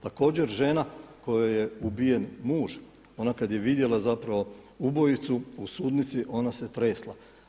Također žena kojoj je ubijen muž, ona kada je vidjela ubojicu u sudnicu ona se tresla.